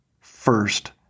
first